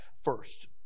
first